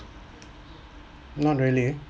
not really